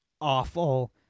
awful